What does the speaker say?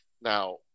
Now